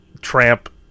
tramp